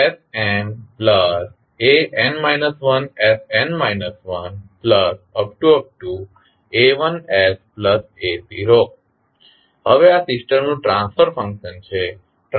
a1sa0 હવે આ સિસ્ટમનું ટ્રાન્સફર ફંક્શન છે